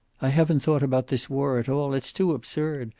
i haven't thought about this war at all. it's too absurd.